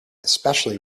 especially